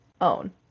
own